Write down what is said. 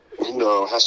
No